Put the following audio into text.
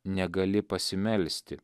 negali pasimelsti